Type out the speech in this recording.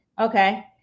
Okay